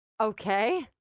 Okay